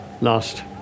last